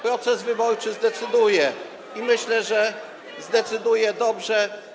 Proces wyborczy zdecyduje i myślę, że zdecyduje dobrze.